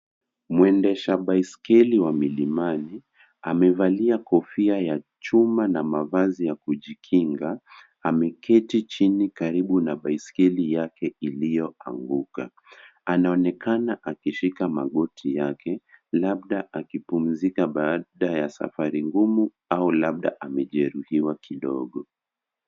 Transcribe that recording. Muendesha biskeli wa milima, amevalia kofia chuma na mavasi ya kujinga ameketi jini karibu na biskeli yake ilioanguka, anaonekana akishika makoti yake labda akipumzika baada safari ngumu au labda amejeruiwa kidogo.